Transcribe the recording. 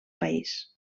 país